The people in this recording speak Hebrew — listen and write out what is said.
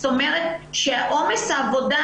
זאת אומרת, שנכון עומס העבודה